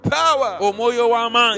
power